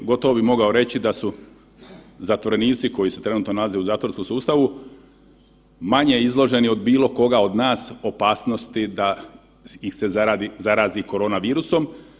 Gotovo bi mogao reći da su zatvorenici koji se trenutno nalaze u zatvorskom sustavu manje izloženi od bilo koga od nas opasnosti da se zarazi korona virusom.